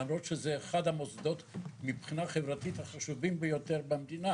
למרות שזה אחד המוסדות מבחינה חברתית החשובים ביותר במדינה.